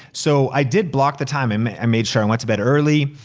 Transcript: so i did block the time and made sure i went to bed early.